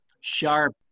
sharp